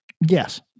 Yes